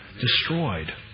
destroyed